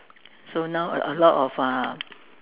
so now a lot of uh